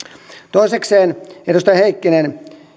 toisekseen edustaja heikkinen